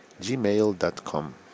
gmail.com